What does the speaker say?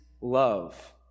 love